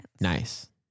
Nice